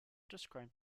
described